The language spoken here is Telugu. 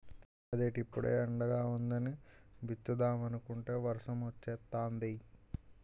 అదేటి ఇప్పుడే ఎండగా వుందని విత్తుదామనుకుంటే వర్సమొచ్చేతాంది